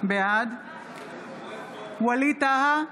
בעד ווליד טאהא,